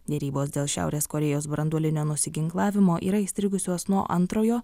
derybos dėl šiaurės korėjos branduolinio nusiginklavimo yra įstrigusios nuo antrojo